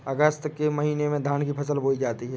अगस्त के महीने में धान की फसल बोई जाती हैं